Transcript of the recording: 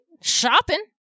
Shopping